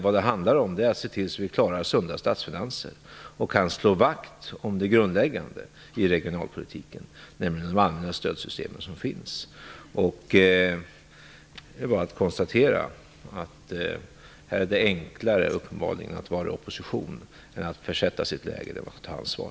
Vad det handlar om är att se till att vi klarar sunda statsfinanser och kan slå vakt om det grundläggande i regionalpolitiken, nämligen de allmänna stödsystem som finns. Det är bara att konstatera att det här uppenbarligen är enklare att vara i opposition än att försätta sig i ett läge där man får ta ansvar.